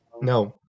No